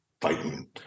fighting